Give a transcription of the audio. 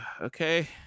okay